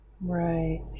Right